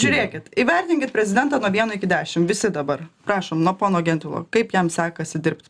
žiūrėkit įvertinkit prezidentą nuo vieno iki dešim visi dabar prašom nuo pono gentvilo kaip jam sekasi dirbt